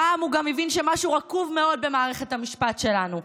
פעם הוא גם הבין שמשהו רקוב מאוד במערכת המשפט שלנו.